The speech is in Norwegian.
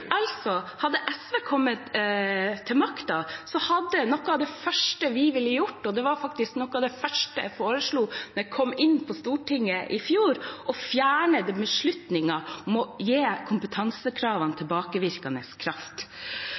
ville gjort – og det var faktisk noe av det første jeg foreslo da jeg kom inn på Stortinget i fjor – å fjerne beslutningen om å gi kompetansekravene tilbakevirkende kraft.